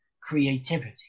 creativity